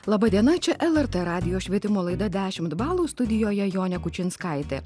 laba diena čia lrt radijo švietimo laida dešimt balų studijoje jonė kučinskaitė